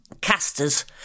casters